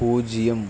பூஜ்ஜியம்